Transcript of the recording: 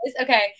okay